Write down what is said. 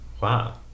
Wow